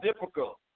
difficult